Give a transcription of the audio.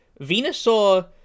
Venusaur